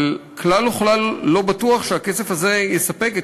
אבל כלל וכלל לא בטוח שהכסף הזה יספק את